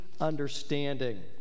understanding